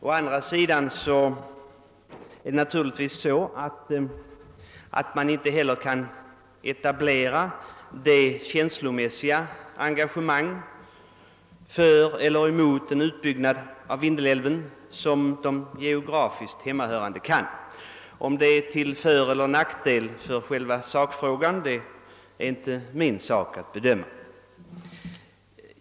Å andra sidan kan naturligtvis en sydlänning inte heller etablera det känslomässiga engagemang för eller emot en utbyggnad av Vindelälven som de i dess närhet hemmahörande kan. Om detta är till fördel eller nackdel för själva sakfrågan är inte min uppgift att bedöma.